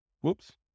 Whoops